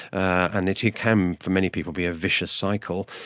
and it can for many people be a vicious cycle.